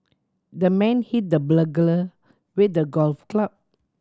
the man hit the burglar with a golf club